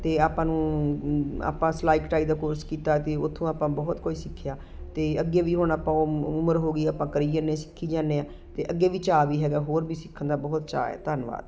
ਅਤੇ ਆਪਾਂ ਨੂੰ ਆਪਾਂ ਸਿਲਾਈ ਕਟਾਈ ਦਾ ਕੋਰਸ ਕੀਤਾ ਅਤੇ ਉੱਥੋਂ ਆਪਾਂ ਬਹੁਤ ਕੁਝ ਸਿੱਖਿਆ ਅਤੇ ਅੱਗੇ ਵੀ ਹੁਣ ਆਪਾਂ ਉਹ ਉਮਰ ਹੋ ਗਈ ਆਪਾਂ ਕਰੀ ਜਾਂਦੇ ਹਾਂ ਸਿੱਖੀ ਜਾਂਦੇ ਹਾਂ ਅਤੇ ਅੱਗੇ ਵੀ ਚਾਅ ਵੀ ਹੈਗਾ ਹੋਰ ਵੀ ਸਿੱਖਣ ਦਾ ਬਹੁਤ ਚਾਅ ਹੈ ਧੰਨਵਾਦ